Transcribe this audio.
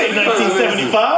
1975